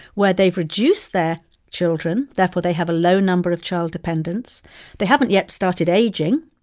where they've reduced their children therefore they have a low number of child dependents they haven't yet started aging,